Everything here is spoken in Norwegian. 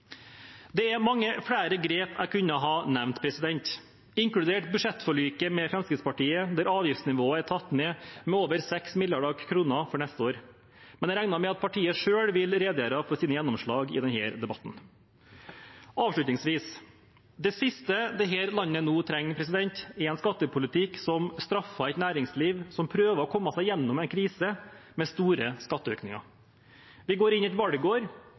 Det er mange flere grep jeg kunne ha nevnt, inkludert budsjettforliket med Fremskrittspartiet der avgiftsnivået er tatt ned med over 6 mrd. kr for neste år, men jeg regner med at partiet selv vil redegjøre for sine gjennomslag i denne debatten. Avslutningsvis: Det siste dette landet trenger nå, er en skattepolitikk som straffer et næringsliv som prøver å komme seg gjennom en krise, med store skatteøkninger. Vi går inn i et valgår,